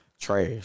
Trash